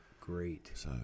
Great